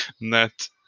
net